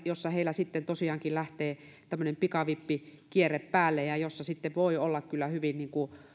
jossa heillä sitten tosiaankin lähtee tämmöinen pikavippikierre päälle ja josta sitten voi olla kyllä hyvin